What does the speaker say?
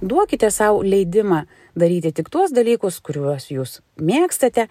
duokite sau leidimą daryti tik tuos dalykus kuriuos jūs mėgstate